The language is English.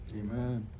amen